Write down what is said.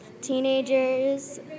teenagers